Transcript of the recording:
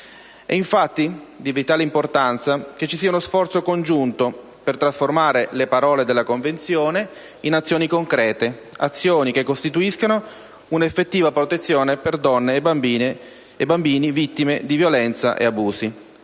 È infatti di vitale importanza che vi sia uno sforzo congiunto per trasformare le parole della Convenzione in azioni concrete, che costituiscano un'effettiva protezione per donne e bambini vittime di violenza ed abusi.